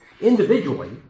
individually